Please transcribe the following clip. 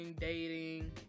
dating